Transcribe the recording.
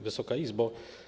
Wysoka Izbo!